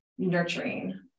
Nurturing